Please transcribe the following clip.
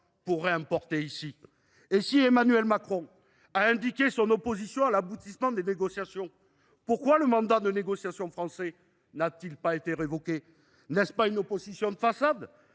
pour réimporter ici ? Si Emmanuel Macron a fait part de son opposition à l’aboutissement des négociations, pourquoi le mandat de négociation français n’a t il pas été révoqué ? N’est ce pas une opposition de façade ?